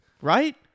Right